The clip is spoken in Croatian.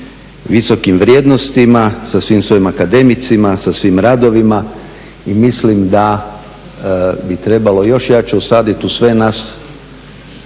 visokim vrijednostima, sa svim svojim akademicima, sa svim radovima i mislim da bi trebalo još jače usaditi u sve nas